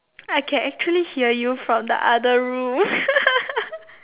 I can actually hear you from the other room